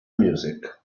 music